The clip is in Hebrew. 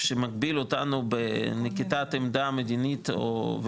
מה שמגביל אותנו בנקיטת עמדה מדינית,